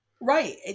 Right